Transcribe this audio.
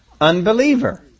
unbeliever